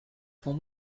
pour